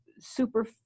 super